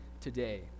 today